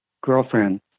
girlfriend